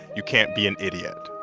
you can't be an idiot.